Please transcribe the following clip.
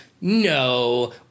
no